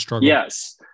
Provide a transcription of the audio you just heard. yes